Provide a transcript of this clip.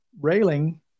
railing